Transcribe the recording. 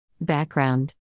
Background